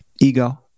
Ego